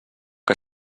que